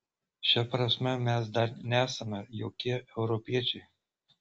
šia prasme mes dar nesame jokie europiečiai